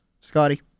Scotty